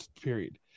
period